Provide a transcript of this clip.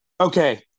Okay